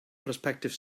prospective